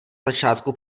začátku